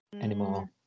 anymore